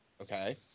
Okay